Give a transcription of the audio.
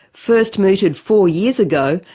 first mooted four years ago,